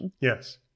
Yes